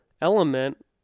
element